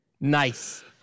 nice